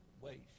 waste